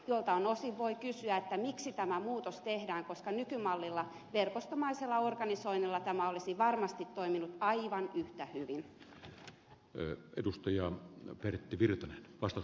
joiltain osin voi kysyä miksi tämä muutos tehdään koska nykymallilla verkostomaisella organisoinnilla tämä olisi varmasti toiminut aivan yhtä hyvin eyn edustajaa ja pertti virtanen ase l